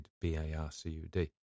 B-A-R-C-U-D